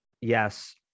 yes